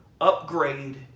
Upgrade